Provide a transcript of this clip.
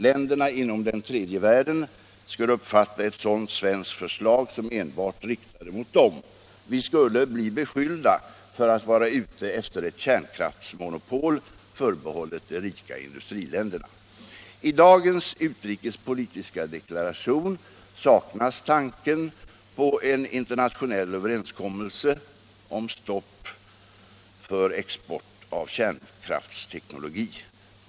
Länderna inom den tredje världen skulle uppfatta ett sådant svenskt förslag som enbart riktat mot dem. Vi skulle bli beskyllda för att vara ute efter ett kärnkraftsmonopol, förbehållet de rika industriländerna. I dagens utrikespolitiska deklaration saknas tanken på en internationell överenskommelse om stopp för export av kärnkraftsteknologi.